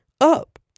up